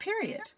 period